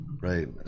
Right